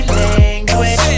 language